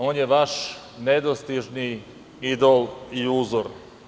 On je vaš nedostižni idol i uzor.